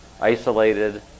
isolated